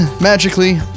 magically